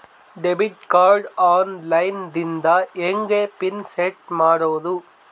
Debit card online ದಿಂದ ಹೆಂಗ್ pin set ಮಾಡೋದು?